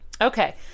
Okay